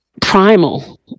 primal